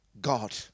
God